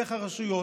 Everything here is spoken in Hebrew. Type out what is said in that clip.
דרך הרשויות,